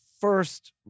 first